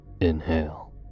Inhale